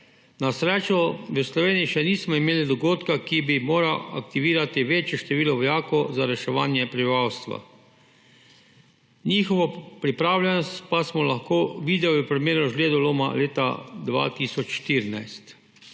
Na srečo v Sloveniji še nismo imeli dogodka, ki bi moral aktivirati večje število vojakov za reševanje prebivalstva, njihovo pripravljenost pa smo lahko videli v primeru žledoloma leta 2014.